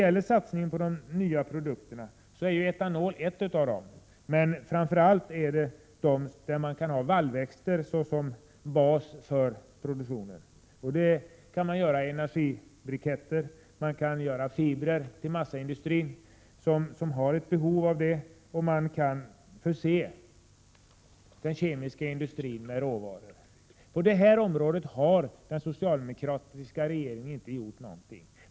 I satsningen på de nya produkterna ingår etanol, men det är framför allt vallväxter som kan utgöra basen för produktionen. Det kan göras energibriketter, fibrer till massaindustrin som har behov av det, och den kemiska industrin kan förses med råvaror. På detta område har den socialdemokratiska regeringen inte gjort någonting.